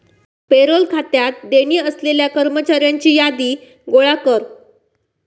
payroll खात्यात देणी असलेल्या कर्मचाऱ्यांची यादी गोळा कर